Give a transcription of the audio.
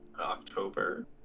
October